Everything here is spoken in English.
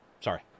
sorry